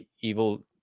evil